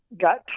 got